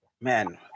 man